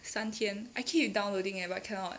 三天 I keep downloading leh but cannot